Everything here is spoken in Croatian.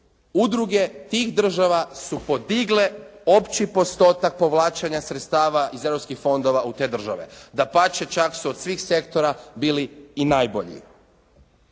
udruge tih država su podigle opći postotak povlačenja sredstava iz europskih fondova u te države. Dapače čak su od svih sektora bili i najbolji.